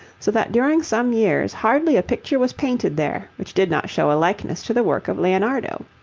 so that during some years hardly a picture was painted there which did not show a likeness to the work of leonardo.